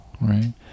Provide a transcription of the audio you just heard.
right